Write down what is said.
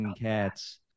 cats